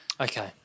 Okay